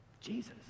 Jesus